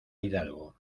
hidalgo